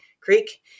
Creek